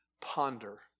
ponder